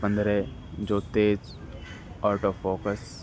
پندرہ جو تیز آؤٹ آف فوکس